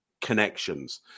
connections